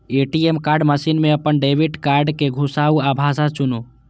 ATM machine मे अपन debit card कें घुसाउ आ भाषा चुनू